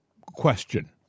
question